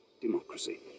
Democracy